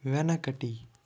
వెనకటి